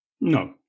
No